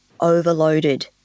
overloaded